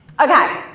Okay